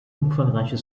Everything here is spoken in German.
umfangreichen